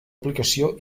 aplicació